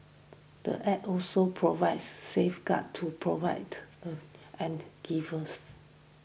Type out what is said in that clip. the Act also provides safeguards to provide and givers